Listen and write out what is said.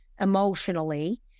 emotionally